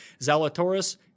Zalatoris